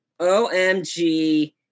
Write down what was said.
OMG